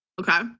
Okay